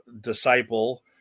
Disciple